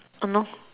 I know